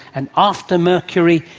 and after mercury,